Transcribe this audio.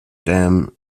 dam